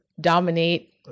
dominate